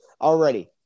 Already